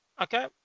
Okay